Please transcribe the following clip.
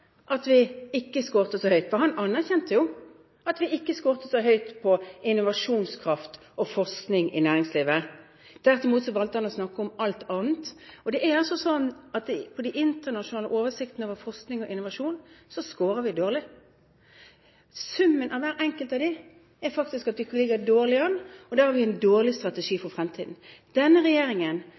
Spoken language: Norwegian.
at vi ikke scoret så høyt, for han anerkjente jo at vi ikke scoret så høyt på innovasjonskraft og forskning i næringslivet. Tvert imot valgte han å snakke om alt annet. Det er altså slik at på de internasjonale oversiktene over forskning og innovasjon scorer vi dårlig. Summen av hver enkelt av dem er faktisk at vi ligger dårlig an, og da har vi en dårlig strategi for fremtiden. Denne regjeringen